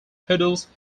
poodles